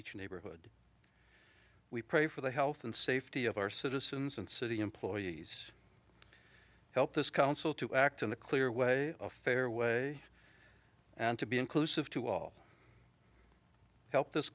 each neighborhood we pray for the health and safety of our citizens and city employees help this council to act in a clear way a fair way and to be inclusive to all help this